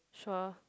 sure